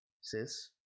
Sis